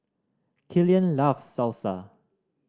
Killian loves Salsa